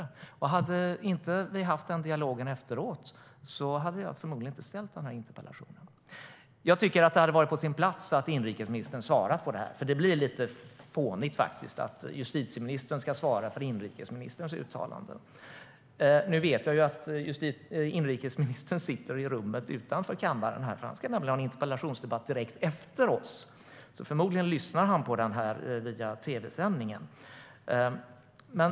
Hade vi inte haft vår dialog efteråt hade jag förmodligen inte ställt den här interpellationen. Jag tycker att det hade varit på sin plats att inrikesministern svarade på detta. Det blir faktiskt lite fånigt att justitieministern ska svara för inrikesministerns uttalanden. Nu vet jag att inrikesministern sitter i rummet utanför kammaren, för han ska nämligen ha en interpellationsdebatt direkt efter oss. Förmodligen lyssnar han på detta via tv-sändningen.